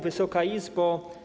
Wysoka Izbo!